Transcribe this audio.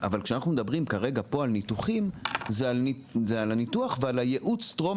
אבל כרגע אנחנו מדברים על הניתוח ועל יעוץ טרום